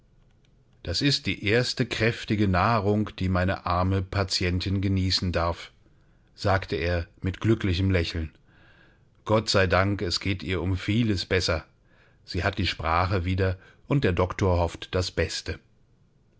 das ist die erste kräftige nahrung die meine arme patientin genießen darf sagte er mit glücklichem lächeln gott sei dank es geht ihr um vieles besser sie hat die sprache wieder und der doktor hofft das beste